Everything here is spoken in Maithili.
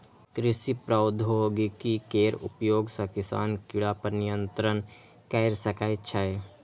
कृषि प्रौद्योगिकी केर उपयोग सं किसान कीड़ा पर नियंत्रण कैर सकै छै